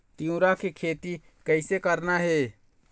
तिऊरा के खेती कइसे करना हे?